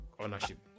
ownership